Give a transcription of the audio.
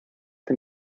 dem